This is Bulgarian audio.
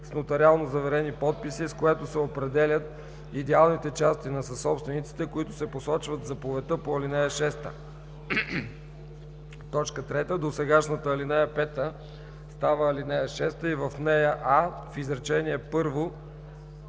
с нотариално заверени подписи, с което се определят идеалните части на съсобствениците, които се посочват в заповедта по ал. 6.“ 3. Досегашната ал. 5 става ал. 6 и в нея: а) в изречение